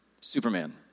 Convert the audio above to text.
Superman